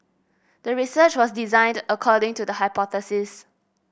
the research was designed according to the hypothesis